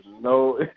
no